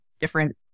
different